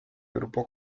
grupo